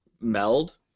meld